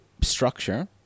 structure